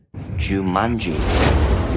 Jumanji